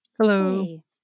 Hello